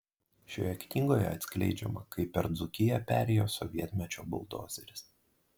šioje knygoje atskleidžiama kaip per dzūkiją perėjo sovietmečio buldozeris